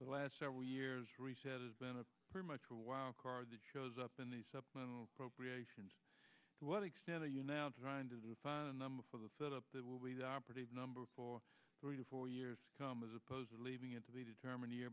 the last several years reset has been a pretty much a wild card that shows up in the supplemental appropriation to what extent are you now trying to the number of the set up that will be the operative number for three to four years to come as opposed to leaving it to be determined year